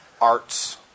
arts